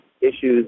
issues